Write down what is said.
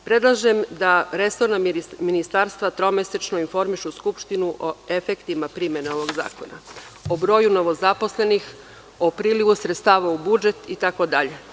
Predlažem da resorna ministarstva tromesečno informišu Skupštinu o efektima primene ovog zakona, o broju novozaposlenih, o prilivu sredstava u budžet itd.